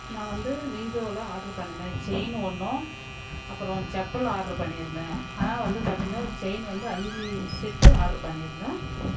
நான் வந்து மீஷோவில் ஆர்டர் பண்ணிருந்தேன் செயின்னு ஒன்றும் அப்புறம் செப்பலு ஆர்டரு பண்ணிருந்தேன் ஆனால் வந்து பார்த்திங்கனா செயின்னு வந்து அஞ்சு செட்டு ஆர்டர் பண்ணிருந்தேன்